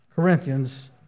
Corinthians